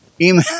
email